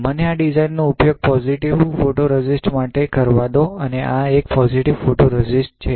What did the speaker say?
મને આ ડિઝાઇન નો ઉપયોગ પોજિટિવ ફોટોરેઝિસ્ટ માટે કરવા દો અને આ એક પોજિટિવ ફોટોરેઝિસ્ટ છે